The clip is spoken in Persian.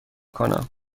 کنم